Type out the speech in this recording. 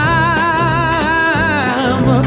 time